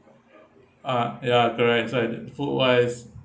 uh ya correct so it's like food wise